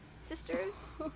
sisters